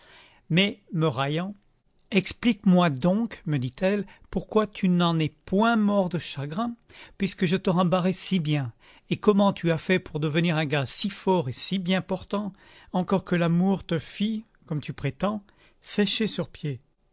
mais me raillant explique-moi donc me dit-elle pourquoi tu n'en es point mort de chagrin puisque je te rembarrais si bien et comment tu as fait pour devenir un gars si fort et si bien portant encore que l'amour te fît comme tu prétends sécher sur pied